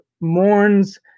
mourns